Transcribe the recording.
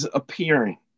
appearing